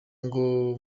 ngo